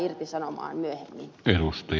arvoisa puhemies